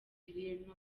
ibintu